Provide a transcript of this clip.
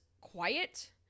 quiet